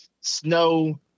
snow